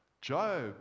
Job